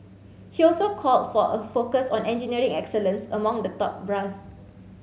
he also called for a focus on engineering excellence among the top brass